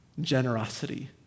generosity